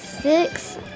Six